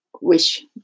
wish